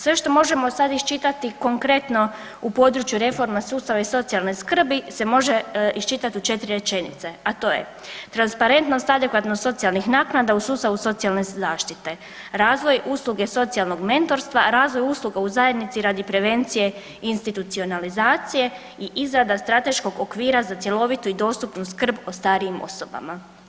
Sve što možemo sad iščitati konkretno u području reforma sustava i socijalne skrbi se može iščitati u četiri rečenice, a to je transparentnost, adekvatnost socijalnih naknada u sustavu socijalne zaštite, razvoj usluge socijalnog mentorstva, razvoj usluga u zajednici radi prevencije institunacionalizacije i izrada strateškog okvira za cjelovitu i dostupnu skrb o starijim osobama.